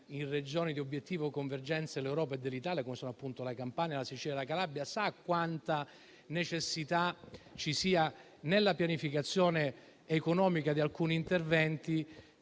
in Regioni di obiettivo convergenza dell'Europa e dell'Italia, come sono appunto la Campania, la Sicilia e la Calabria, sa quanta necessità ci sia nella pianificazione economica di alcuni interventi